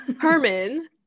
Herman